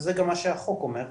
וזה גם מה שהחוק אומר,